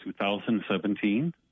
2017